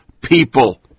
people